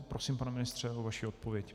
Prosím, pane ministře, o vaši odpověď.